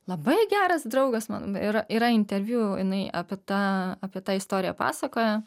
labai geras draugas mano yra yra interviu jinai apie tą apie tą istoriją pasakoja